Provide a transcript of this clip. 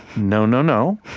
no, no, no.